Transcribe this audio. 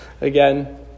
Again